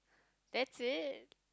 that's it